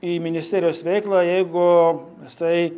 į ministerijos veiklą jeigu jisai